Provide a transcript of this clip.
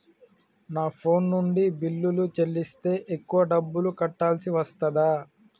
నా ఫోన్ నుండి బిల్లులు చెల్లిస్తే ఎక్కువ డబ్బులు కట్టాల్సి వస్తదా?